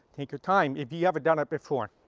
take your time if you haven't done it before.